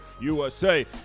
USA